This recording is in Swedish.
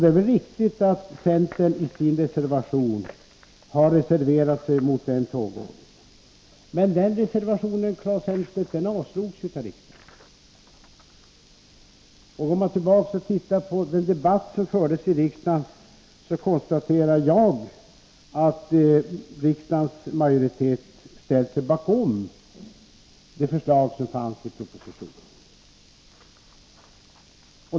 Det är riktigt att centern reserverat sig mot den ordningen, men den reservationen, Claes Elmstedt, avslogs ju av riksdagen. Går man tillbaka och tittar på vad som sades i debatten om detta i riksdagen, kan man konstatera att riksdagens majoritet ställt sig bakom propositionens förslag.